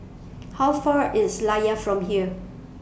How Far IS Layar from here